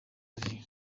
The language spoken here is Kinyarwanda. xavier